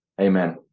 amen